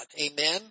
Amen